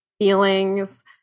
feelings